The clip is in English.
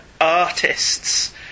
artists